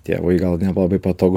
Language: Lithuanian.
tėvui gal nelabai patogu